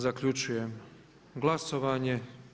Zaključujem glasovanje.